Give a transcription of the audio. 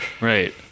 Right